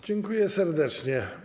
Dziękuję serdecznie.